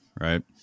right